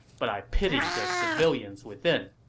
but i pity the civilians within.